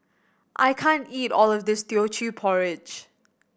I can't eat all of this Teochew Porridge